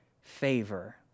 favor